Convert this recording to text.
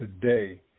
today